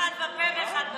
אחד בפה ואחד בלב.